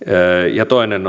ja toinen